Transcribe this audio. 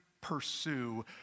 pursue